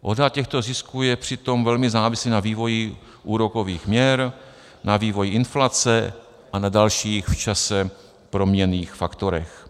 Odhad těchto zisků je přitom velmi závislý na vývoji úrokových měr, na vývoji inflace a na dalších, v čase proměnných faktorech.